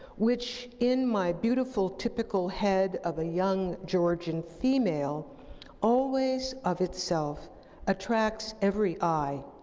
which in my beautiful typical head of a young georgian female always of itself attracts every eye,